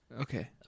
Okay